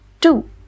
two